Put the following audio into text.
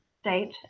state